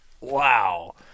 Wow